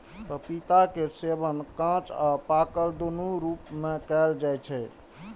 पपीता के सेवन कांच आ पाकल, दुनू रूप मे कैल जाइ छै